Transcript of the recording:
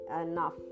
enough